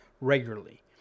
regularly